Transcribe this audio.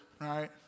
right